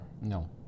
No